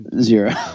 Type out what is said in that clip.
Zero